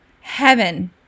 Heaven